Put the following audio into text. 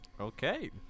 Okay